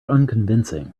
unconvincing